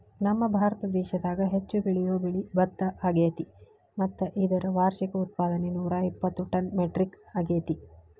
ನಮ್ಮಭಾರತ ದೇಶದಾಗ ಹೆಚ್ಚು ಬೆಳಿಯೋ ಬೆಳೆ ಭತ್ತ ಅಗ್ಯಾತಿ ಮತ್ತ ಇದರ ವಾರ್ಷಿಕ ಉತ್ಪಾದನೆ ನೂರಾಇಪ್ಪತ್ತು ಟನ್ ಮೆಟ್ರಿಕ್ ಅಗ್ಯಾತಿ